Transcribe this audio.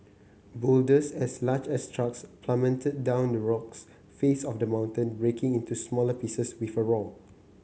boulders as large as trucks plummeted down the rocks face of the mountain breaking into smaller pieces with a roar